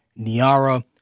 Niara